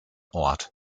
ort